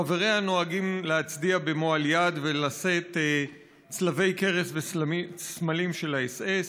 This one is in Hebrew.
חבריה נוהגים להצדיע במועל יד ולשאת צלבי קרס וסמלים של האס.אס,